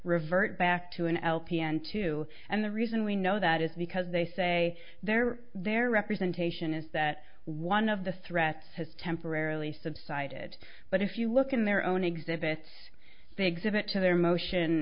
revert back to an lpn two and the reason we know that is because they say their their representation is that one of the threats has temporarily subsided but if you look in their own exhibits exhibit to their motion